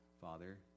Father